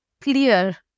clear